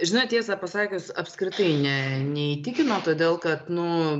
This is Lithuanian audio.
žinot tiesą pasakius apskritai ne neįtikino todėl kad nu